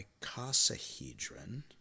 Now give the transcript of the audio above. icosahedron